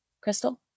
Crystal